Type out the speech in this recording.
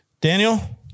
Daniel